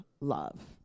love